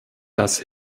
dass